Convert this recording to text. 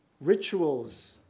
rituals